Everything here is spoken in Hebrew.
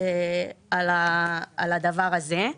על הדבר הזה.